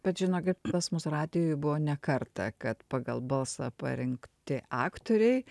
bet žinokit pas mus radijuj buvo ne kartą kad pagal balsą parinkti aktoriai